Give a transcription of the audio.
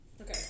Okay